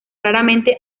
raramente